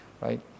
right